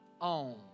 own